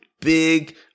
big